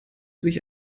sich